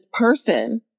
person